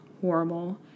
horrible